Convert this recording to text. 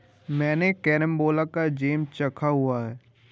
मैंने कैरमबोला का जैम चखा हुआ है